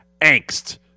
Angst